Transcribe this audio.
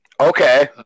Okay